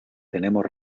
tenemos